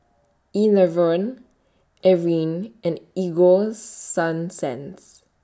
Enervon Avene and Ego Sunsense